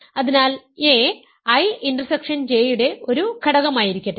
അതിനാൽ a I intersection J യുടെ ഒരു ഘടകമായിരിക്കട്ടെ